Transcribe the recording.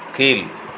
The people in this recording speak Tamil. கீழ்